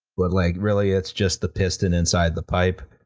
but like really it's just the piston inside the pipe.